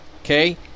Okay